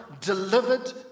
delivered